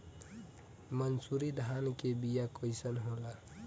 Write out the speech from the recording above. मनसुरी धान के बिया कईसन होला?